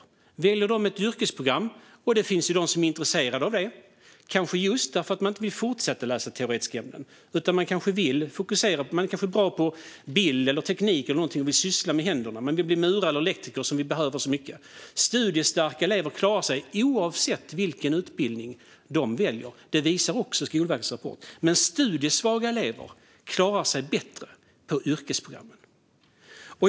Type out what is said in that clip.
Några kanske väljer ett yrkesprogram. Det finns ju de som är intresserade av det, kanske just därför att de inte vill fortsätta att läsa teoretiska ämnen. De kanske är bra på bild, teknik eller någonting annat och vill använda händerna, bli murare eller elektriker - som vi behöver så mycket. Studiestarka elever klarar sig oavsett vilken utbildning de väljer. Det visar också Skolverkets rapport. Men studiesvaga elever klarar sig bättre på yrkesprogrammen.